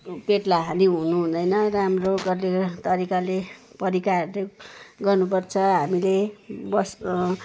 पेटलाई हानि हुनुहुँदैन राम्रो गरेर तरिकाले परिकारले गर्नुपर्छ हामीले बस्